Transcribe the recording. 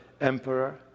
emperor